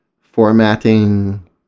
formatting